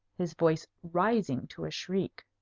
his voice rising to a shriek.